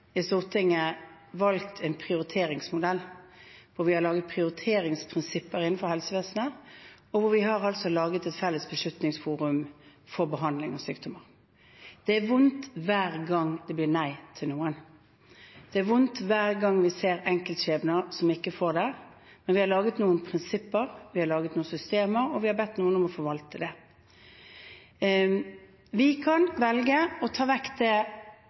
i Stortinget valgt en prioriteringsmodell hvor vi har laget prioriteringsprinsipper innenfor helsevesenet, og hvor vi har laget et felles beslutningsforum for behandling av sykdommer. Det er vondt hver gang det blir nei til noen. Det er vondt hver gang vi ser enkeltskjebner som ikke får det. Men vi har laget noen prinsipper, vi har laget noen systemer, og vi har bedt noen om å forvalte det. Vi kan velge å ta det vekk